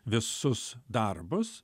visus darbus